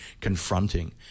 confronting